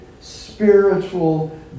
spiritual